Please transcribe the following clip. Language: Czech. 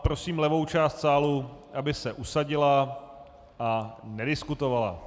Prosím levou část sálu, aby se usadila a nediskutovala.